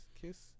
Kiss